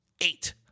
Eight